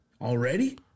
Already